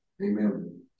Amen